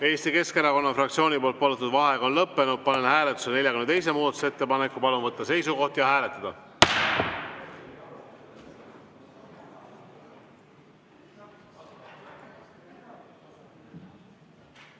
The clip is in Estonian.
Eesti Keskerakonna fraktsiooni palutud vaheaeg on lõppenud. Panen hääletusele 42. muudatusettepaneku. Palun võtta seisukoht ja hääletada!